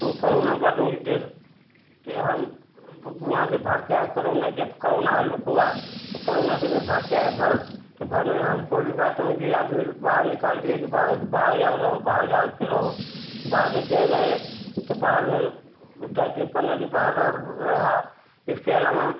तो करोना के बाद में कि देश कि हम वहाँ से भाग कर आए करोना जब करोना हलुक हुआ तो करोना से मैं भाग कर आया घर तो घर में हमको भी बाद में कि आदमी बाहर निकाल दिए कि बाहर बाहर जाओ रहो बाहर जा कर रहो बाहर जब गए रहे तो बाहर में दस दिन पंद्रह दिन बाहर रहा रहा इसके अलावा